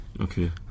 Okay